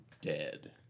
dead